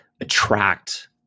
attract